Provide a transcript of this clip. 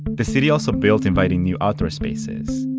the city ah so built inviting new outdoor spaces,